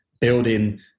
building